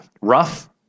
rough